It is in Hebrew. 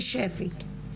לשפ"י,